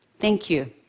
thank you.